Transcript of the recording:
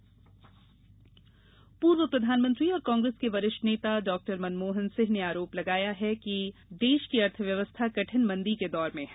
मनमोहन सिंह पूर्व प्रधानमंत्री और कांग्रेस के वरिष्ठ नेता डॉक्टर मनमोहन सिंह ने आरोप लगाया है कि देश की अर्थव्यवस्था कठिन मंदी के दौर में है